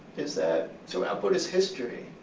is that throughout buddhist history,